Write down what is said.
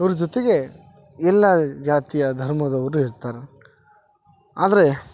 ಇವ್ರ ಜೊತೆಗೆ ಎಲ್ಲಾ ಜಾತಿಯ ಧರ್ಮದವರು ಇರ್ತಾರ ಆದರೆ